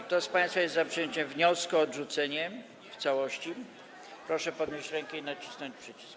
Kto z państwa jest za przyjęciem wniosku o odrzucenie projektu ustawy w całości, proszę podnieść rękę i nacisnąć przycisk.